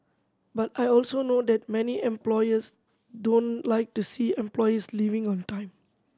but I also know that many employers don't like to see employees leaving on time